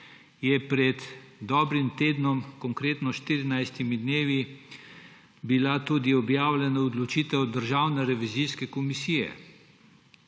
pred dobrim tednom, konkretno 14 dnevi, objavljena tudi odločitev Državne revizijske komisije.